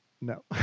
No